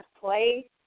play